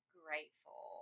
grateful